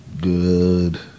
Good